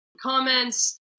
comments